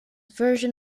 version